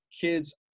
kids